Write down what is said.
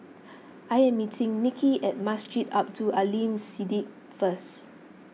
I am meeting Nicki at Masjid Abdul Aleem Siddique First